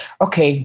okay